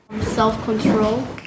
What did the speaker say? Self-control